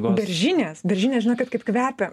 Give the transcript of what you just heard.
beržinės beržinės žinokit kaip kvepia na